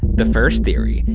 the first theory,